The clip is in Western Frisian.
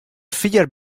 fier